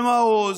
למעוז,